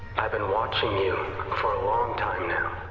i've been watching you for a long time now.